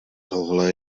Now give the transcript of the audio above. tohle